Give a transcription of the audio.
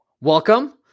Welcome